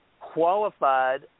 qualified